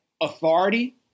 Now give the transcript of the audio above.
authority